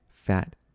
fat